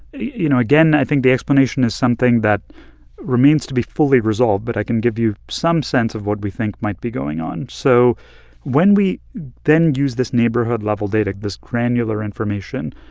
you know, again, i think the explanation is something that remains to be fully resolved. but i can give you some sense of what we think might be going on. so when we then use this neighborhood-level data, this granular information,